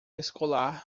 escolar